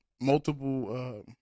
multiple